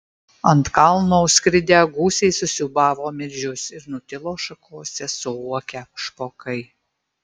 ant kalno užskridę gūsiai susiūbavo medžius ir nutilo šakose suokę špokai